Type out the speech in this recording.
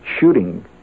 shooting